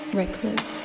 reckless